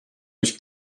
his